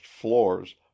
floors